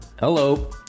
Hello